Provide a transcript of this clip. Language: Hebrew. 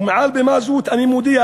ומעל בימה זו אני מודיע